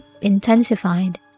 intensified